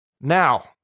Now